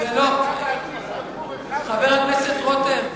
למה לך להדליק גפרור אחד, חבר הכנסת רותם,